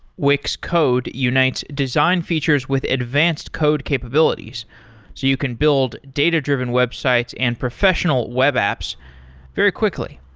wix code unites design features with advanced code capabilities, so you can build data-driven websites and professional web apps very quickly.